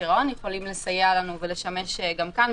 פירעון ויכולים לסייע לנו ולשמש גם כאן,